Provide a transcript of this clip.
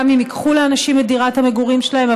גם אם ייקחו לנושים את דירת המגורים שלהם,